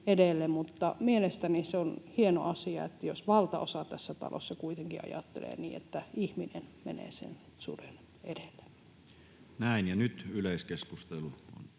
mielestäni on hieno asia, jos valtaosa tässä talossa kuitenkin ajattelee niin, että ihminen menee sen suden edelle. Toiseen käsittelyyn